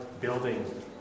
building